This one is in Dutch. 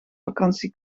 vakantie